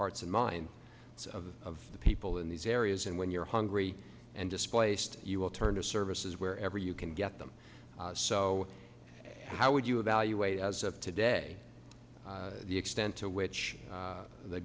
hearts and minds of the people in these areas and when you're hungry and displaced you will turn to services wherever you can get them so how would you evaluate as of today the extent to which